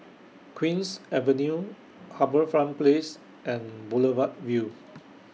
Queen's Avenue HarbourFront Place and Boulevard Vue